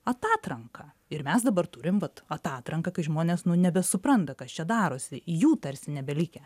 atatranka ir mes dabar turim vat atatranką kai žmonės nu nebesupranta kas čia darosi jų tarsi nebelikę